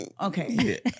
Okay